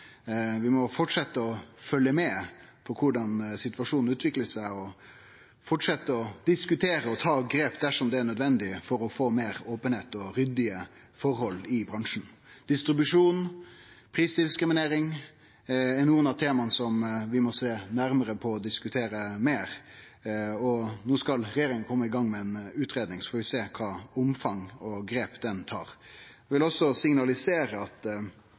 Vi må fortsetje å følgje med på korleis situasjonen utviklar seg, og fortsetje å diskutere og ta grep dersom det er nødvendig for å få meir openheit og ryddige forhold i bransjen. Distribusjon og prisdiskriminering er nokre av temaa som vi må sjå nærmare på og diskutere meir. No skal regjeringa kome i gang med ei utgreiing, så får vi sjå kva omfang og grep ho tar. Eg vil også signalisere at